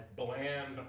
bland